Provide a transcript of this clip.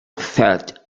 fete